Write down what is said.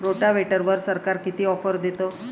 रोटावेटरवर सरकार किती ऑफर देतं?